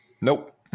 Nope